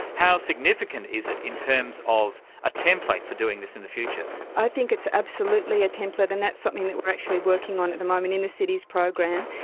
how significant is it in terms of a template for doing this in the future? i think it's absolutely a template. and that's something that we're actually working on at the moment in the cities program,